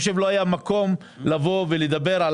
זה לא נעים לדון בשכר של עצמך,